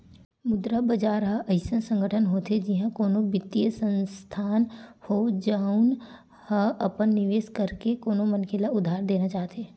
मुद्रा बजार ह अइसन संगठन होथे जिहाँ कोनो बित्तीय संस्थान हो, जउन ह अपन निवेस करके कोनो मनखे ल उधार देना चाहथे